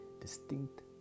distinct